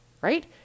right